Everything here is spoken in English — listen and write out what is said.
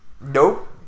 nope